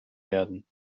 werden